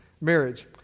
marriage